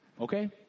Okay